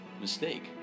mistake